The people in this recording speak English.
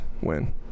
win